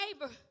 neighbor